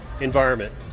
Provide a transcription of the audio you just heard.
environment